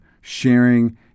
sharing